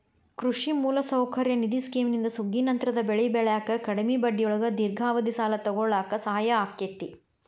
ಕೃಷಿ ಮೂಲಸೌಕರ್ಯ ನಿಧಿ ಸ್ಕಿಮ್ನಿಂದ ಸುಗ್ಗಿನಂತರದ ಬೆಳಿ ಬೆಳ್ಯಾಕ ಕಡಿಮಿ ಬಡ್ಡಿಯೊಳಗ ದೇರ್ಘಾವಧಿ ಸಾಲ ತೊಗೋಳಾಕ ಸಹಾಯ ಆಕ್ಕೆತಿ